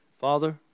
Father